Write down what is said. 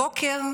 הבוקר,